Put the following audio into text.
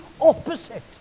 opposite